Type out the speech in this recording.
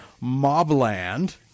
Mobland